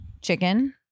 chicken